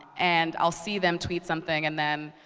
and i'll see them tweet something, and then,